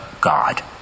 God